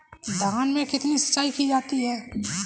धान में कितनी सिंचाई की जाती है?